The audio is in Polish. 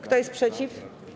Kto jest przeciw?